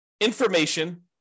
information